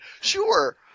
Sure